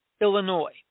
Illinois